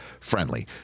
friendly